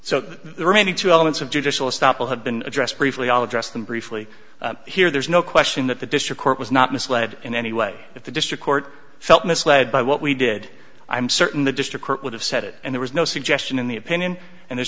so the remaining two elements of judicial stoppel have been addressed briefly all address them briefly here there's no question that the district court was not misled in any way if the district court felt misled by what we did i'm certain the district would have said it and there was no suggestion in the opinion and there's